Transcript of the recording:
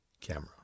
Camera